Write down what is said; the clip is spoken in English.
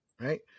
Right